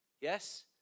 Yes